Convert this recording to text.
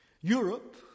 Europe